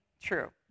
true